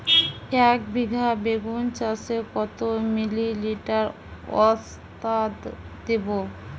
একবিঘা বেগুন চাষে কত মিলি লিটার ওস্তাদ দেবো?